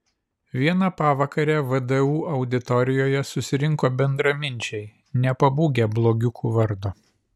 vieną pavakarę vdu auditorijoje susirinko bendraminčiai nepabūgę blogiukų vardo